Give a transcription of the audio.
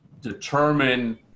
determine